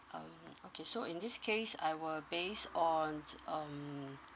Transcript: um okay so in this case I will base on um